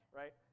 right